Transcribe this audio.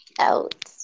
out